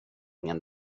ingen